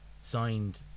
signed